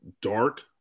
dark